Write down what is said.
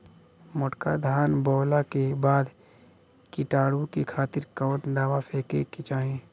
मोटका धान बोवला के बाद कीटाणु के खातिर कवन दावा फेके के चाही?